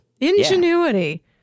Ingenuity